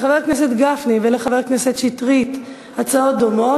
לחבר הכנסת גפני ולחבר הכנסת שטרית הצעות דומות.